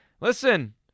Listen